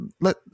let